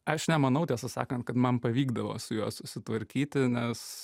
aš nemanau tiesą sakant kad man pavykdavo su juo susitvarkyti nes